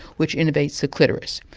which enervates the clitoris.